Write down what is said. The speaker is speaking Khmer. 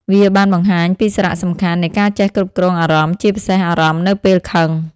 វាបានបង្ហាញពីសារៈសំខាន់នៃការចេះគ្រប់គ្រងអារម្មណ៍ ជាពិសេសអារម្មណ៍នៅពេលខឹង។